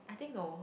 I think no